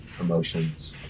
emotions